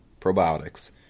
probiotics